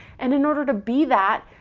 and in order to be that,